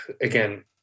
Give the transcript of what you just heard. again